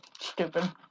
stupid